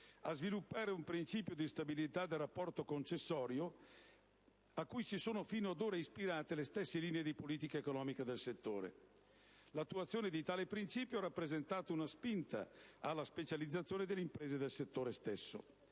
ha sviluppato un principio di stabilità del rapporto concessorio a cui si sono fino ad ora ispirate le stesse linea di politica economica del settore. L'attuazione di tale principio ha rappresentato una spinta alla specializzazione delle imprese del settore stesso.